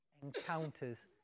encounters